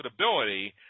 profitability